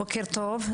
בוקר טוב,